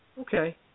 Okay